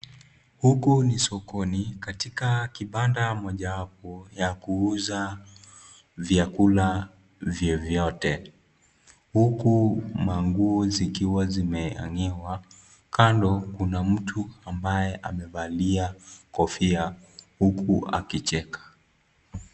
Huku ni sokoni, katika kibanda mojawapo ya kuuza vyakula vyovyote. Huku manguo zikiwa zimehang'iwa kando kuna mtu amevalia kofia huku akicheka.